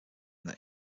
that